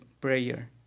prayer